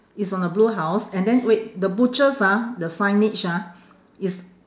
it's on a blue house and then wait the butchers ah the signage ah it's